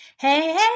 Hey